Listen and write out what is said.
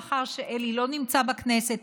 לאחר שאלי לא נמצא בכנסת,